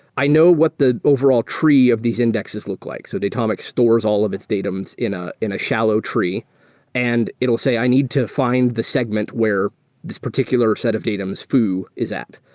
i know what the overall tree of these indexes look like. so datomic stores all of its datums in ah in a shallow tree and it'll say, i need to find the segment where this particular set of datums foo is at.